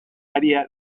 área